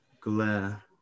glare